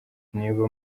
niba